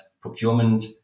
procurement